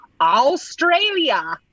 Australia